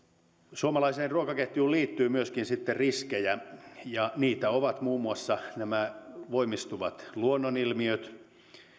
suomalaiseen ruokaketjuun liittyy myöskin riskejä niitä ovat muun muassa voimistuvat luonnonilmiöt